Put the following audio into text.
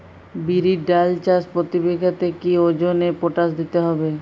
বিরির ডাল চাষ প্রতি বিঘাতে কি ওজনে পটাশ দিতে হবে?